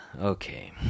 Okay